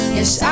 Yes